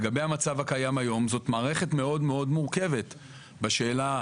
לגבי המצב הקיים, זו מערכת מאוד-מאוד מורכבת בשאלה